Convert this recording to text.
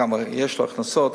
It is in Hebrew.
כמה הכנסות יש לו,